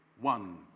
one